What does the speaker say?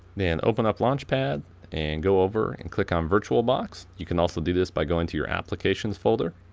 then open up launchpad and go over and click on virtualbox. you can also do this by going to your application folder,